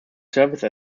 service